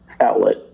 outlet